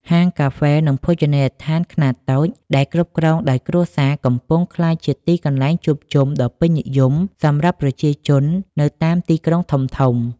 ហាងកាហ្វេ និងភោជនីយដ្ឋានខ្នាតតូចដែលគ្រប់គ្រងដោយគ្រួសារ កំពុងក្លាយជាទីកន្លែងជួបជុំដ៏ពេញនិយមសម្រាប់ប្រជាជននៅតាមទីក្រុងធំៗ។